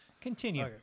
Continue